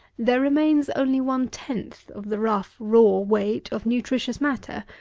there remains only one tenth of the rough raw weight of nutritious matter,